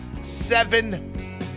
seven